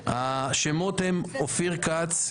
השמות הם אופיר כץ,